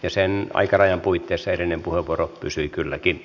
ja sen aikarajan puitteissa edellinen puheenvuoro pysyi kylläkin